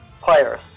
players